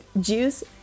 Juice